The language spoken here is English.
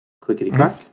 clickety-crack